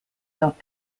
not